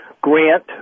Grant